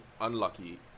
unlucky